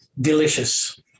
delicious